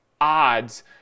odds